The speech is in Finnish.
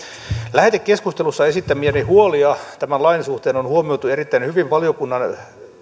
lähetekeskustelussa esittämiäni huolia tämän lain suhteen on huomioitu erittäin hyvin valiokunnan